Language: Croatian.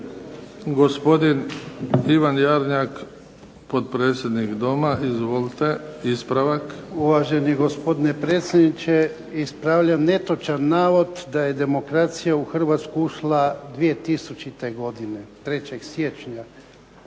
Gospodin Ivan Jarnjak, potpredsjednik Doma. Izvolite, ispravak. **Jarnjak, Ivan (HDZ)** Uvaženi gospodine predsjedniče. Ispravljam netočan navod da je demokracija u Hrvatsku ušla 2000. godine 3. siječnja.